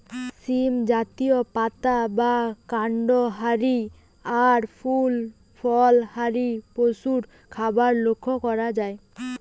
সীম জাতীয়, পাতা বা কান্ড হারি আর ফুল ফল হারি পশুর খাবার লক্ষ করা যায়